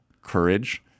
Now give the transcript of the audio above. Courage